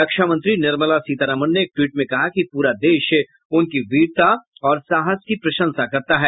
रक्षामंत्री निर्मला सीतारामन ने एक ट्वीट में कहा कि पूरा देश उनकी वीरता और साहस की प्रशांसा करता है